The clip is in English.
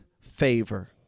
favor